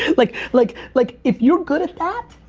like like like if you're good at that,